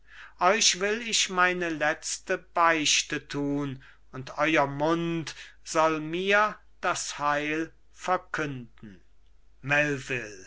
euch will ich meine letzte beichte tun und euer mund soll mir das heil verkünden